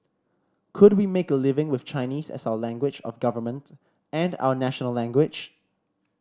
could we make a living with Chinese as our language of government and our national language